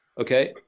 okay